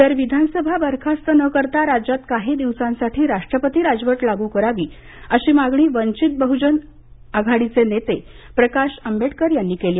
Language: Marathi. तर विधानसभा बरखास्त न करता राज्यात काही दिवसांसाठी राष्ट्रपती राजवट लागू करावी अशी मागणी वंचित बहुजन आघाडीचे नेते प्रकाश आंबेडकर यांनी केली